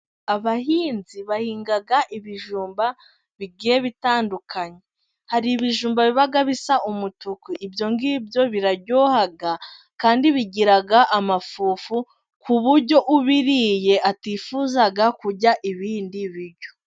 Abahinzi bahinga ibijumba bigiye bitandukanye. Hari ibijumba biba bisa umutuku, ibyo ngibyo biraryoha kandi bigira amafufu, ku buryo ubiriye atifuza kurya ibindi biryo.